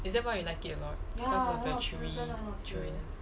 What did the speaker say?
is that why you like it a lot cause of the chewy chewiness